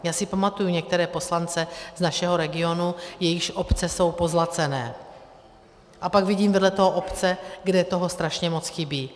Já si pamatuji některé poslance z našeho regionu, jejichž obce jsou pozlacené, a pak vidím vedle toho obce, kde toho strašně moc chybí.